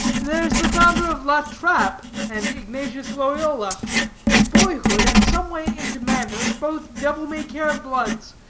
there's the founder of la trappe, and ignatius loyola in boyhood, and someway into manhood, both devil-may-care bloods,